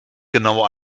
genau